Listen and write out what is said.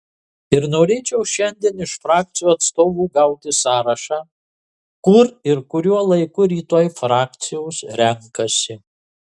ir norėčiau šiandien iš frakcijų atstovų gauti sąrašą kur ir kuriuo laiku rytoj frakcijos renkasi